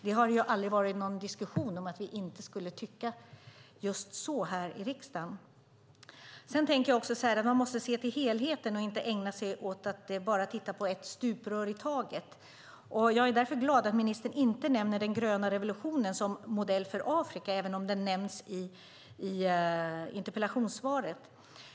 Det har ju aldrig varit någon diskussion om att vi inte skulle tycka just så, här i riksdagen. Sedan tänker jag att man måste se till helheten och inte ägna sig åt att bara titta på ett stuprör i taget. Jag är därför glad över att ministern inte nämner den gröna revolutionen som modell för Afrika, även om den nämns i interpellationssvaret.